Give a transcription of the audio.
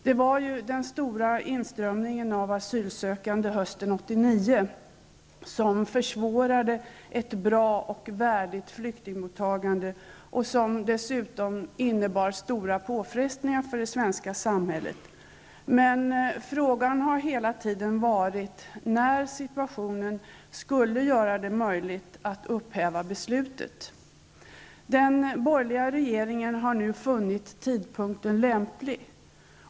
Det var ju den stora inströmningen av asylsökande hösten 1989 som försvårade ett bra och värdigt flyktingmottagande och som dessutom innebar stora påfrestningar för det svenska samhället. Men frågan har hela tiden varit när situationen skulle göra det möjligt att upphäva beslutet. Den borgerliga regeringen har nu funnit tidpunkten lämplig.